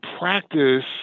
practice